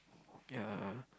ya